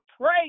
pray